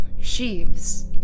sheaves